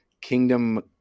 Kingdom